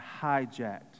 hijacked